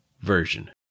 Version